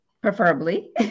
Preferably